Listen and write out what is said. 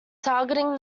targeting